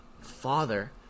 Father